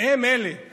הם אלה